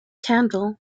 candle